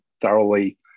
thoroughly